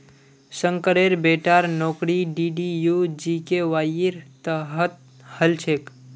शंकरेर बेटार नौकरी डीडीयू जीकेवाईर तहत हल छेक